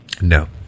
No